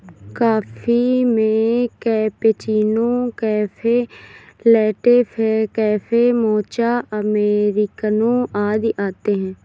coffee में cappuccino, cafe latte, cafe mocha, americano आदि आते है